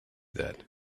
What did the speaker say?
that